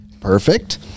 Perfect